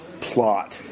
plot